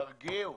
תרגיעו.